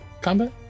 combat